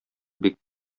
бик